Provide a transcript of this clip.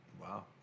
Wow